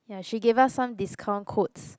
ya she gave us some discount codes